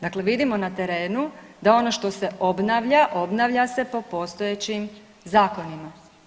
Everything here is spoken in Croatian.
Dakle, vidimo na terenu da ono što se obnavlja, obnavlja se po postojećim zakonima.